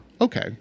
Okay